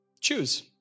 Choose